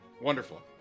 Wonderful